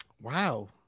Wow